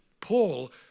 Paul